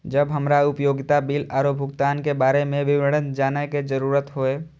जब हमरा उपयोगिता बिल आरो भुगतान के बारे में विवरण जानय के जरुरत होय?